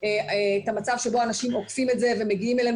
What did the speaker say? את המצב שבו אנשים עוקפים את זה ומגיעים אלינו